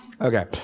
Okay